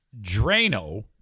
Drano